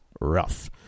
rough